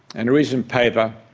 and a recent paper,